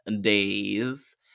days